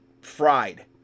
fried